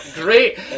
great